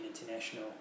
international